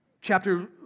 chapter